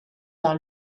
par